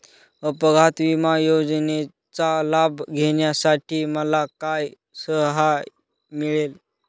अपघात विमा योजनेचा लाभ घेण्यासाठी मला काय सहाय्य मिळेल?